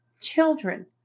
children